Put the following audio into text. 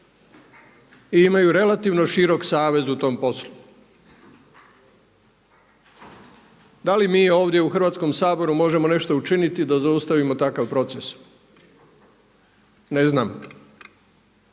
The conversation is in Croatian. i imaju relativno širok savez u tom poslu. Da li mi ovdje u Hrvatskom saboru možemo nešto učiniti da zaustavimo takav proces? Ne znam.